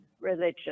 religion